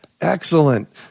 Excellent